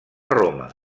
roma